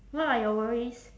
what are your worries